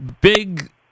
big –